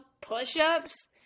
push-ups